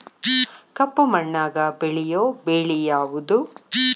ಕಪ್ಪು ಮಣ್ಣಾಗ ಬೆಳೆಯೋ ಬೆಳಿ ಯಾವುದು?